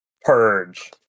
purge